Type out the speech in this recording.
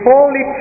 Holy